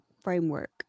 framework